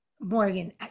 morgan